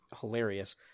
hilarious